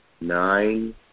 nine